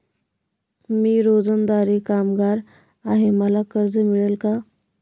मी रोजंदारी कामगार आहे मला कर्ज मिळेल का?